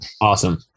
Awesome